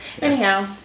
Anyhow